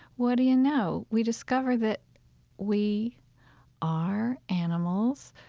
what do you know? we discover that we are animals,